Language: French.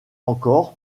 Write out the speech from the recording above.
encore